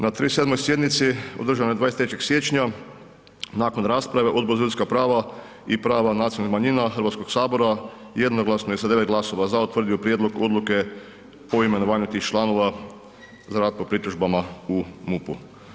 Na 37. sjednici održanoj 23. siječnja, nakon rasprave, Odbor za ljudska prava i prava nacionalnih manjina Hrvatskog sabora, jednoglasno je sa 9 glasova „za“ utvrdio prijedlog odluke o imenovanju tih članova za rad po pritužbama u MUP-u.